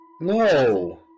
No